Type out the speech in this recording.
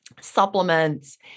supplements